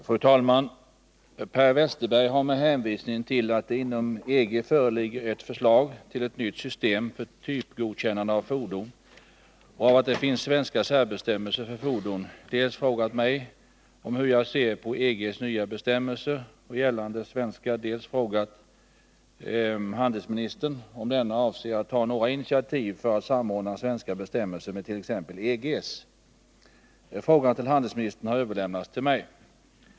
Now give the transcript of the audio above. Fru talman! Per Westerberg har med hänvisning till att det inom EG föreligger ett förslag till ett nytt system för typgodkännande av fordon och av att det finns svenska särbestämmelser för fordon dels frågat mig om hur jag ser på EG:s nya bestämmelser och gällande svenska, dels frågat handelsministern om denne avser att ta några initiativ för att samordna svenska bestämmelser med t.ex. EG:s. Frågan till handelsministern har överlämnats till mig.